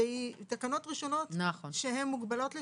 תקנות ראשונות שהן מוגבלות לשנתיים,